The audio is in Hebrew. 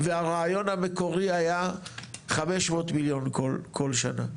והרעיון המקורי היה 500 מיליון בכל שנה.